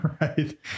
right